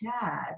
dad